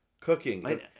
Cooking